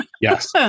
Yes